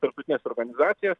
tarptautines organizacijas